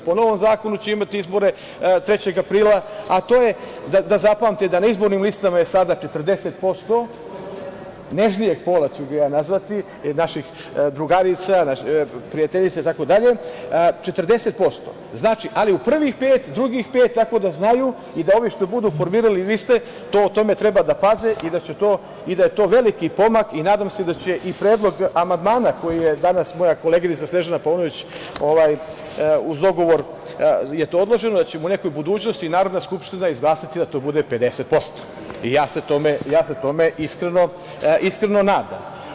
Po novom zakonu će imati izbore 3. aprila, a to je, da zapamtite, na izbornim listama je sada 40% nežnijeg pola ću ja nazvati, naših drugarica, prijateljica itd, 40%, ali u prvih pet, drugih pet, tako da znaju i da ovi što budu formirali liste o tome treba da paze i to je veliki pomak i nadam se da će i predlog amandmana koji je danas moja koleginica Snežana Paunović… uz dogovor je to odloženo, da će u nekoj budućnosti Narodna skupština izglasati da to bude 50% i ja se tome iskreno nadam.